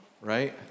right